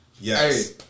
Yes